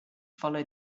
follow